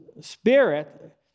Spirit